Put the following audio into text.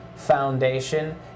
Foundation